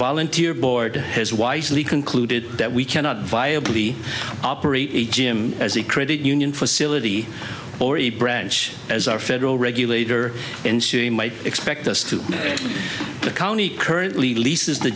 volunteer board has wisely concluded that we cannot viably operate a gym as a credit union facility or a branch as our federal regulator might expect us to the county currently leases the